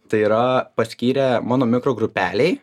tai yra paskyrė mano mikrogrupelei